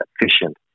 efficient